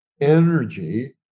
energy